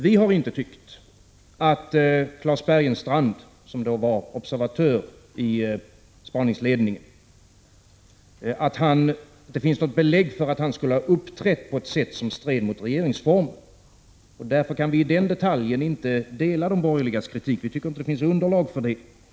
Vi har inte tyckt att det finns något belägg för att Klas Bergenstrand, som var observatör i spaningsledningen, öde skulle ha uppträtt på ett sätt som stred mot regeringsformen. Därför kan vi 3 5 när det gäller den detaljen inte ansluta oss till de borgerligas kritik. Vi tycker Regeringens BERT inte att det finns underlag för det.